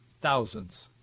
thousands